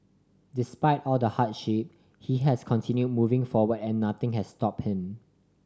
despite all the hardship he has continue moving forward and nothing has stop him